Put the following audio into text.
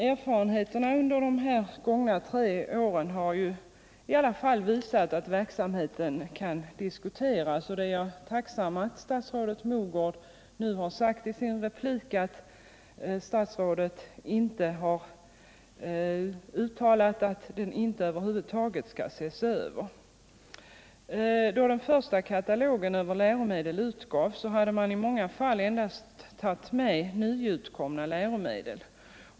Erfarenheterna från de gångna tre åren har i alla fall visat att verksamheten kan diskuteras, och jag är tacksam för att statsrådet Mogård har sagt i sin replik att hon inte uttalat att den över huvud taget inte skall ses över. Då den första katalogen över läromedel utgavs hade man i många fall endast tagit med nyutkomna läromedel.